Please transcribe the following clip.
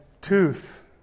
tooth